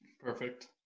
Perfect